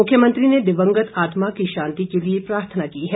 मुख्यमंत्री ने दिवंगत आत्मा की शांति के लिए प्रार्थना की है